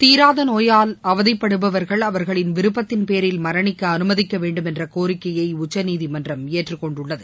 தீராத நோயால் அவதிப்படுபவர்கள் அவர்களின் விருப்பத்தின் பேரில் மரணிக்க அனுமதிக்க வேண்டும் என்ற கோரிக்கையை உச்சநீதிமன்றம் ஏற்றுக் கொண்டுள்ளது